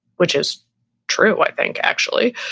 which is true, i think actually.